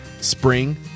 spring